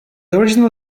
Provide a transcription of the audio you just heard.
original